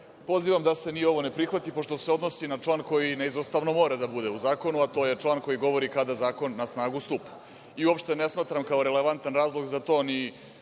Pozivam da se ni ovo ne prihvati, pošto se odnosi na član koji neizostavno mora da bude u Zakonu, a to je član koji govori kada zakon na snagu stupa. I uopšte ne smatram kao relevantan razlog za to ni